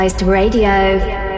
Radio